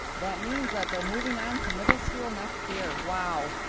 that means that they're moving on to middle school next year. wow!